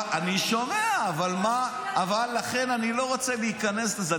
אבל לכן, אני לא רוצה להיכנס לזה.